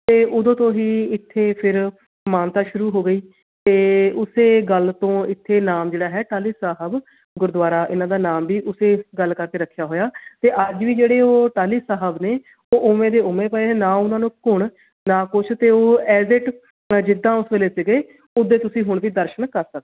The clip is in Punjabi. ਅਤੇ ਉਦੋਂ ਤੋਂ ਹੀ ਇੱਥੇ ਫਿਰ ਮਾਨਤਾ ਸ਼ੁਰੂ ਹੋ ਗਈ ਅਤੇ ਉਸ ਗੱਲ ਤੋਂ ਇੱਥੇ ਨਾਮ ਜਿਹੜਾ ਹੈ ਟਾਹਲੀ ਸਾਹਿਬ ਗੁਰਦੁਆਰਾ ਇਹਨਾਂ ਦਾ ਨਾਮ ਵੀ ਉਸੇ ਗੱਲ ਕਰਕੇ ਰੱਖਿਆ ਹੋਇਆ ਅਤੇ ਅੱਜ ਵੀ ਜਿਹੜੇ ਉਹ ਟਾਹਲੀ ਸਾਹਿਬ ਨੇ ਉਹ ਉਵੇਂ ਦੇ ਉਵੇਂ ਪਏ ਨਾ ਉਹਨਾਂ ਨੂੰ ਘੁਣ ਨਾ ਕੁਛ ਅਤੇ ਉਹ ਐਜ ਇਟ ਜਿੱਦਾਂ ਉਸ ਵੇਲੇ ਸੀਗੇ ਉਦੇ ਤੁਸੀਂ ਹੁਣ ਵੀ ਦਰਸ਼ਨ ਕਰ ਸਕਦੇ